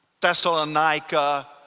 Thessalonica